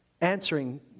answering